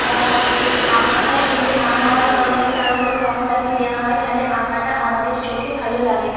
বা র আঁকাটা সুন্দর না হওয়ার কারণেই তার ওপর রঙ চাপিয়ে দেওয়া হয় তাহলে আঁকাটা আমাদের চোখে ভালো লাগে না